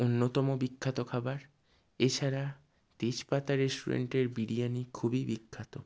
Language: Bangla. অন্যতম বিখ্যাত খাবার এছাড়া তেজপাতা রেস্টুরেন্টের বিরিয়ানি খুবই বিখ্যাত